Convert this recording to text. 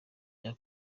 cya